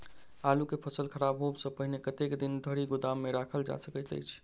आलु केँ फसल खराब होब सऽ पहिने कतेक दिन धरि गोदाम मे राखल जा सकैत अछि?